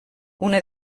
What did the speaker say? una